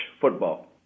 football